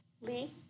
Lee